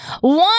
One